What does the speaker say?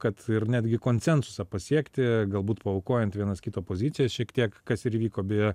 kad ir netgi konsensusą pasiekti galbūt paaukojant vienas kito pozicijas šiek tiek kas įvyko bijo